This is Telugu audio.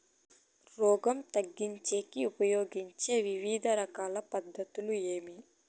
రోగం తగ్గించేకి ఉపయోగించే వివిధ రకాల పద్ధతులు ఏమి?